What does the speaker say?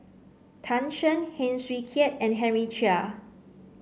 Tan Shen Heng Swee Keat and Henry Chia